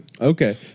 Okay